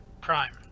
Prime